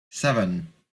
seven